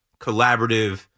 collaborative